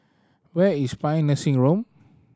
where is Paean Nursing Home